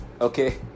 Okay